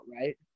right